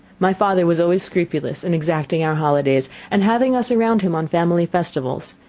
my father was always scrupulous in exacting our holidays, and having us around him on family festivals.